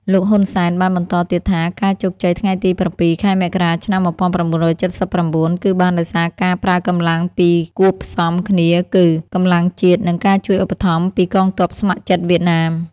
លោក ហ៊ុន សែន បានបន្តទៀតថា ការជោគជ័យថ្ងៃទី៧ ខែ មករា ឆ្នាំ ១៩៧៩ គឺបានដោយសារការប្រើកម្លាំងពីរគូបផ្សំគ្នាគឺ កម្លាំងជាតិ និងការជួយឧបត្ថម្ភពីកងទ័ពស្ម័គ្រចិត្តវៀតណាម។